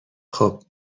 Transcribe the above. خوب